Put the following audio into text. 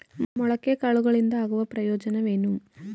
ಮೊಳಕೆ ಕಾಳುಗಳಿಂದ ಆಗುವ ಪ್ರಯೋಜನವೇನು?